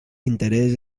interés